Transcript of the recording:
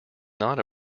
not